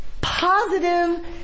positive